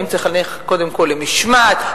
צריך לחנך קודם כול למשמעת,